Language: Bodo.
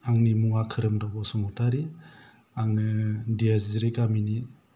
आंनि मुङा खोरोमदाव बसुमतारी आङो दियाजिजिरि गामिनि